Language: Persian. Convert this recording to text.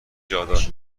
جادار